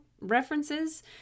references